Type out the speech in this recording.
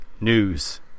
news